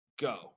go